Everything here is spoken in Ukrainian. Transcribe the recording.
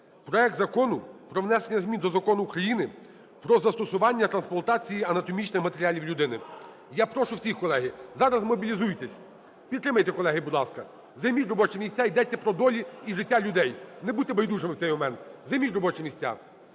Проект Закону про внесення змін до Закону України "Про застосування трансплантації анатомічних матеріалів людині". Я прошу всіх, колеги, зараззмобілізуйтесь, підтримайте, колеги, будь ласка, займіть робочі місця, ідеться про долі і життя людей, не будьте байдужими в цей момент, займіть робочі місця.